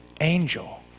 angel